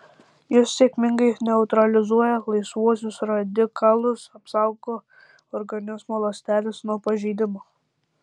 jis sėkmingai neutralizuoja laisvuosius radikalus apsaugo organizmo ląsteles nuo pažeidimo